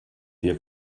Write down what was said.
wir